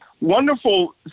wonderful